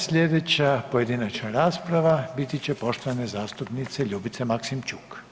Slijedeća pojedinačna rasprava biti će poštovane zastupnice Ljubice Maksimčuk.